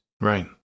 Right